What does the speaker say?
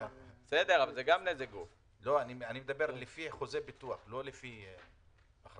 אני מדבר לפי חוזה ביטוח ולא לפי אחריות.